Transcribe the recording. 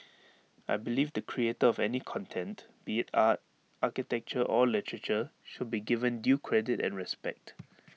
I believe the creator of any content be A art architecture or literature should be given due credit and respect